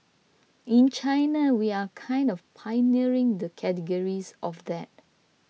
in China we are kind of pioneering the categories of that